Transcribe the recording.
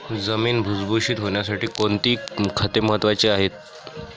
जमीन भुसभुशीत होण्यासाठी कोणती खते महत्वाची आहेत?